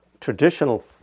traditional